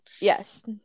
Yes